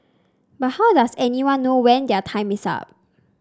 but how does anybody know when their time is up